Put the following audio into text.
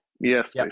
yes